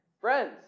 Friends